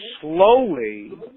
slowly